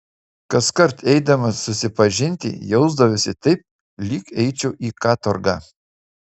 kaskart eidamas susipažinti jausdavausi taip lyg eičiau į katorgą